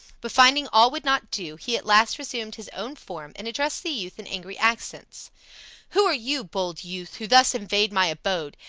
but finding all would not do, he at last resumed his own form and addressed the youth in angry accents who are you, bold youth, who thus invade my abode,